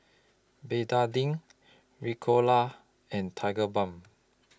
Betadine Ricola and Tigerbalm